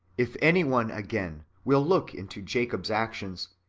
if any one, again, will look into jacob's actions,